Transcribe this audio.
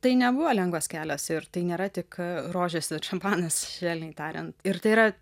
tai nebuvo lengvas kelias ir tai nėra tik rožės ir šampanas švelniai tariant ir tai yra